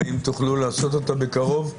האם תוכלו לעשות אותה בקרוב,